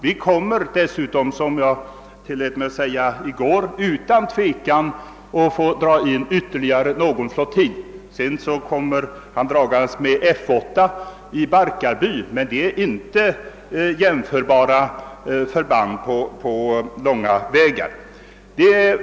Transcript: Vi kommer dessutom, som jag tillät mig säga i går, utan tvekan att bli tvungna att dra in ytterligare någon flottilj. Herr Bengtson nämner i detta sammanhang även F 8 i Barkarby men därvidlag gäller det inte på långa vägar jämförbara förband.